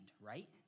right